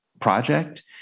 project